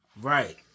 Right